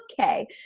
okay